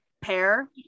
pair